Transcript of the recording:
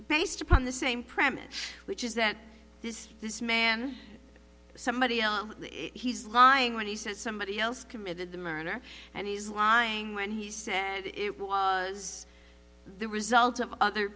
based upon the same premise which is that this this man somebody else he's lying when he says somebody else committed the murder and he's lying when he said it was the result of other